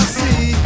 see